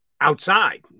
outside